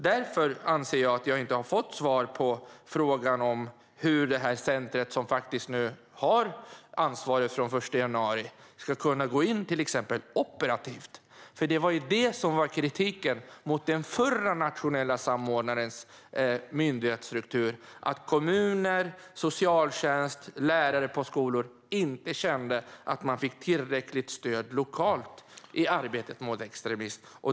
Därför anser jag att jag inte har fått svar på frågan hur detta centrum, som nu faktiskt har ansvar från den 1 januari, till exempel ska kunna gå in operativt. Det var ju det som var kritiken mot den förra nationella samordnarens myndighetsstruktur: att kommuner, socialtjänst och lärare på skolor inte kände att de fick tillräckligt stöd lokalt i arbetet mot extremism.